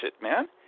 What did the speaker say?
man